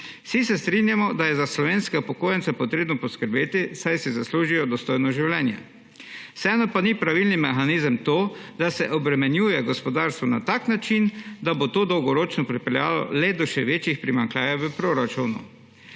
Vsi se strinjamo, da je za slovenske upokojence potrebno poskrbeti, saj si zaslužijo dostojno življenje, vseeno pa ni pravilni mehanizem to, da se obremenjuje gospodarstvo na tak način, da bo to dolgoročno pripeljalo le do še večjih primanjkljajev v proračunu.